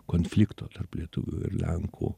konflikto tarp lietuvių ir lenkų